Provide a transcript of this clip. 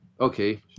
Okay